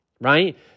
right